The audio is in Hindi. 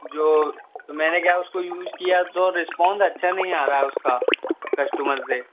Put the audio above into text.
जो तो मैंने क्या उसको यूज़ किया तो रिस्पोंस अच्छा नहीं आ रहा है उसका कस्टमर से